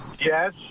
Yes